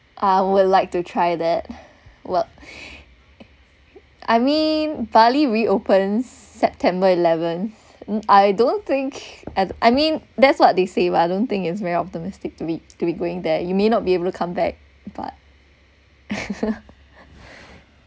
I would like to try that well I mean valley reopens september eleventh I don't think at I mean that's what they say lah I don't think it's very optimistic to me to be going there you may not be able to come back but